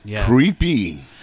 Creepy